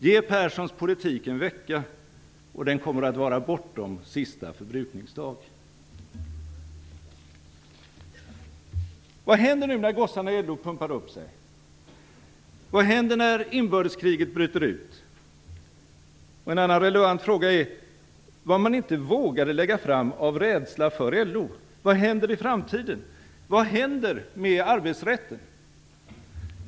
Ge Perssons politik en vecka, och den kommer att vara bortom sista förbrukningsdag. Vad händer nu när gossarna i LO pumpar upp sig? Vad händer när inbördeskriget bryter ut? En annan relevant fråga är: Om man inte vågar lägga fram förslag av rädsla för LO, vad händer i framtiden? Vad händer med arbetsrätten?